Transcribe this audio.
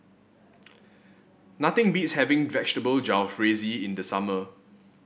nothing beats having Vegetable Jalfrezi in the summer